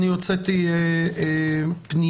אני הוצאתי פניה